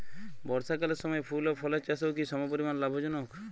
বর্ষাকালের সময় ফুল ও ফলের চাষও কি সমপরিমাণ লাভজনক?